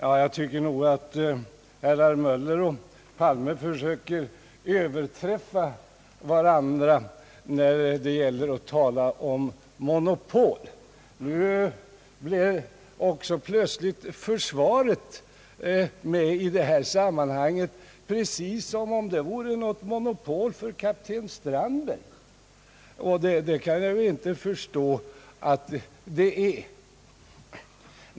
Herr talman! Herrar Möller och Palme försöker tydligen överträffa varandra när det gäller att tala om monopol. Nu kom också plötsligt försvaret med i sammanhanget, precis som om försvaret vore ett monopol för kapten Strandberg, men det kan jag inte tänka mig att det är.